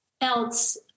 else